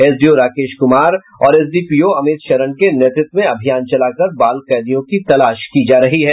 SDO Rakesh Kumar और SDPO Amit Sharan के नेतृत्व में अभियान चलाकर बाल कैदियों की तलाश की जा रही है